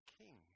king